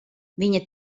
viņa